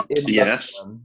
yes